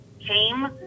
came